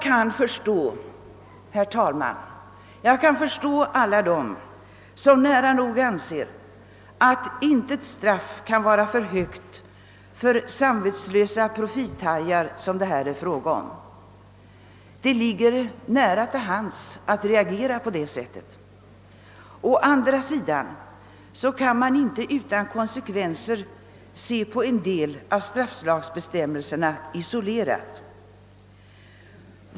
Herr talman! Jag kan förstå alla dem som nära nog anser att intet straff kan vara för högt för de samvetslösa profithajar som det här är fråga om. Det ligger nära till hands att reagera på det sättet. Å andra sidan kan man inte utan konsekvenser se isolerat på en del av strafflagsbestämmelserna.